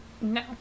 No